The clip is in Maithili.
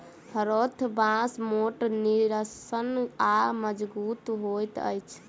हरोथ बाँस मोट, निस्सन आ मजगुत होइत अछि